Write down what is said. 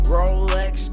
Rolex